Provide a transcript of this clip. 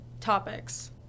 topics